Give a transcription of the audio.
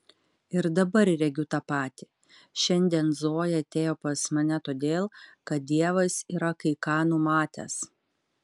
ir dabar regiu tą patį šiandien zoja atėjo pas mane todėl kad dievas yra kai ką numatęs